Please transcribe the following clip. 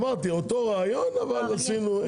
אמרתי, אותו רעיון, אבל עשינו חוק חדש.